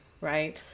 right